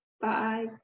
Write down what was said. Bye